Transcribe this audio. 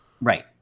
Right